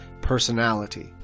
personality